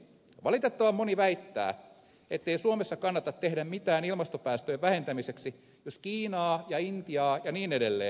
valitettavan moni väittää ettei suomessa kannata tehdä mitään ilmastopäästöjen vähentämiseksi jos kiinaa ja intiaa ja niin edelleen